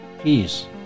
peace